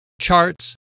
charts